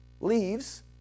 leaves